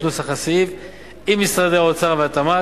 את נוסח הסעיף עם משרדי האוצר והתמ"ת,